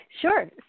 Sure